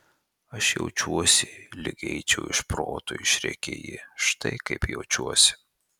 aš jaučiuosi lyg eičiau iš proto išrėkė ji štai kaip jaučiuosi